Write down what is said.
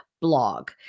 blog